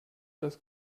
dass